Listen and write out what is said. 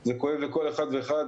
וזה כואב לכל אחד ואחד,